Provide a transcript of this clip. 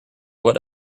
what